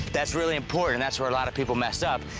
that's really important and that's where a lot of people mess up,